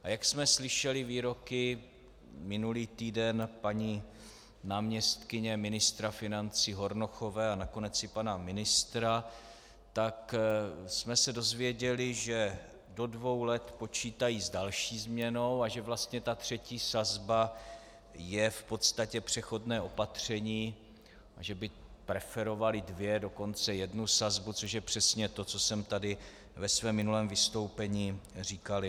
A jak jsme slyšeli výroky minulý týden paní náměstkyně ministra financí Hornochové a nakonec i pana ministra, tak jsme se dozvěděli, že do dvou let počítají s další změnou a že vlastně třetí sazba je v podstatě přechodné opatření, že by preferovali dvě, dokonce jednu sazbu, což je přesně to, co jsem tady ve svém minulém vystoupení říkal já.